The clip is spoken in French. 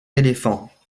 éléphants